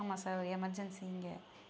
ஆமாம் சார் ஒரு எமர்ஜன்ஸி இங்கே